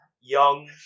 young